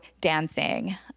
dancing